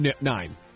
nine